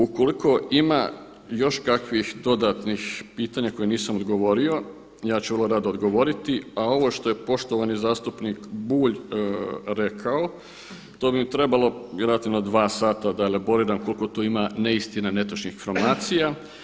Ukoliko ima još kakvih dodatnih pitanja koje nisam odgovorio ja ću vrlo rado odgovoriti, a ovo što je poštovani zastupnik Bulj rekao to bi mi trebalo relativno dva sada da elaboriram koliko tu ima neistina, netočnih informacija.